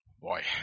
Boy